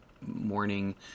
morning